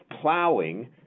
plowing